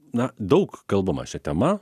na daug kalbama šia tema